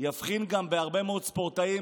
יבחין גם בהרבה מאוד ספורטאים,